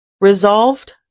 Resolved